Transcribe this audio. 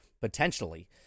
potentially